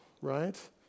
right